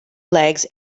legs